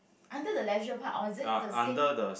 under the leisure park or is it the same